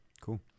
Cool